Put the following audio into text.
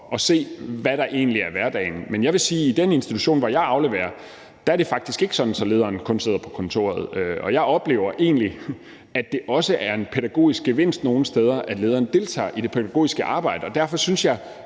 at se, hvad der egentlig er hverdagen. Men jeg vil sige, at i den institution, hvor jeg afleverer, er det faktisk ikke sådan, at lederen kun sidder på kontoret. Og jeg oplever egentlig, at det også er en pædagogisk gevinst nogle steder, at lederen deltager i det pædagogiske arbejde. Derfor synes jeg,